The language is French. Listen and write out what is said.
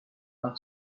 par